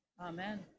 Amen